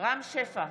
רם שפע,